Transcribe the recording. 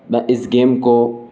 میں اس گیم کو